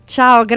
Ciao